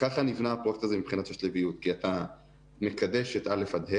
כך נבנה הפרויקט הזה מבחינת השלביות כי אתה מקדש את א'-ה'